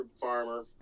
farmer